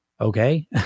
Okay